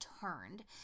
turned